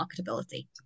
marketability